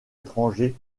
étrangers